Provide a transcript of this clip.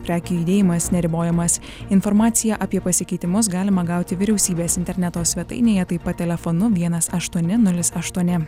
prekių judėjimas neribojamas informaciją apie pasikeitimus galima gauti vyriausybės interneto svetainėje taip pat telefonu vienas aštuoni nulis aštuoni